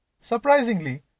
Surprisingly